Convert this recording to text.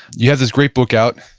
you have this great book out,